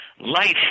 life